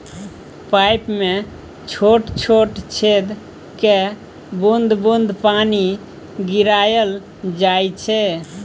pipe मे छोट छोट छेद कए बुंद बुंद पानि गिराएल जाइ छै